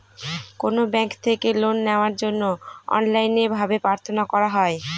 কোনো ব্যাঙ্ক থেকে লোন নেওয়ার জন্য অনলাইনে ভাবে প্রার্থনা করা হয়